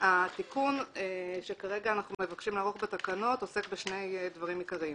התיקון שכרגע אנחנו מבקשים לערוך בתקנות עוסק בשני דברים עיקריים: